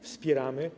Wspieramy.